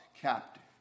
captive